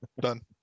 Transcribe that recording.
Done